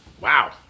Wow